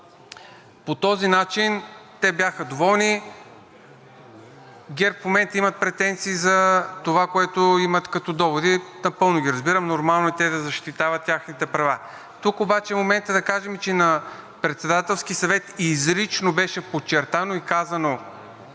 По този начин те бяха доволни. ГЕРБ в момента имат претенции за това, което имат като доводи. Напълно ги разбирам. Нормално е те да защитават техните права. Тук обаче е моментът да кажем, че на Председателски съвет беше изрично подчертано и казано